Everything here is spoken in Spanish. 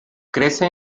crece